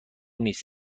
نیست